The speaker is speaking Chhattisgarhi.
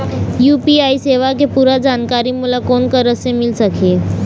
यू.पी.आई सेवा के पूरा जानकारी मोला कोन करा से मिल सकही?